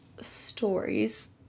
stories